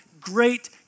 great